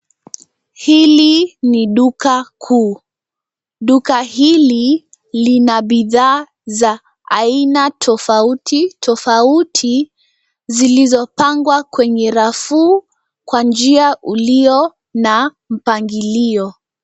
Hili ni duka kuu. Duka hili lina bidhaa za aina tofauti tofauti zilizopangwa kwenye rafu, kwa njia ulio na mpangilio.